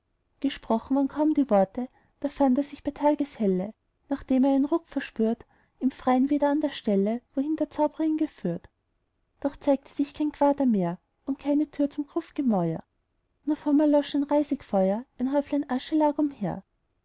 gesprochen waren kaum die worte da fand er sich bei tageshelle nachdem er einen ruck verspürt im freien wieder an der stelle wohin der zaubrer ihn geführt doch zeigte sich kein quader mehr und keine tür zum gruftgemäuer nur vom erloschnen reisigfeuer ein häuflein asche lag umher